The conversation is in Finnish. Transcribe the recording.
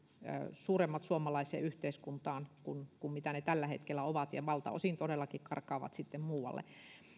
suuremmat suomalaiseen yhteiskuntaan kuin mitä ne tällä hetkellä ovat ja valtaosin todellakin karkaavat sitten muualle